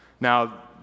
Now